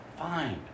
fine